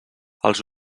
els